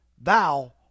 thou